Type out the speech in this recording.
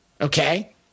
Okay